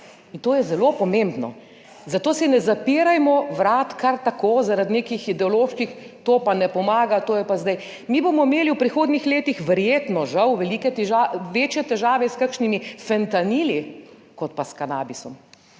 in to je zelo pomembno, zato si ne zapirajmo vrat kar tako zaradi nekih ideoloških, to pa ne pomaga. To je pa zdaj. Mi bomo imeli v prihodnjih letih verjetno¸, žal, velike težave, večje težave s kakšnimi fentanili, kot pa s kanabisom.